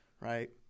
right